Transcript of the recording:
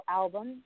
album